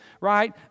right